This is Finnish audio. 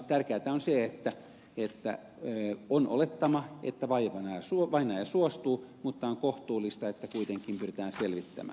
tärkeätä on se että on olettama että vainaja suostuu mutta on kohtuullista että kuitenkin pyritään selvittämään